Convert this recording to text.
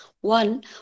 one